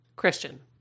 Christian